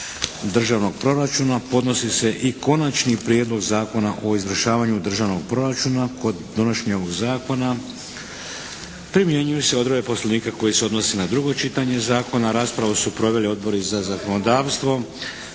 državnog proračuna podnosi se i Konačni prijedlog Zakona o izvršavanju Državnog proračuna. Kod donošenja ovog zakona primjenjuju se odredbe Poslovnika koje se odnose na drugo čitanje zakona. Raspravu su proveli odbori za zakonodavstvo,